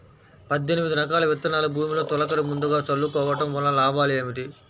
పద్దెనిమిది రకాల విత్తనాలు భూమిలో తొలకరి ముందుగా చల్లుకోవటం వలన లాభాలు ఏమిటి?